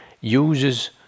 uses